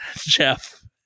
jeff